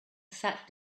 sat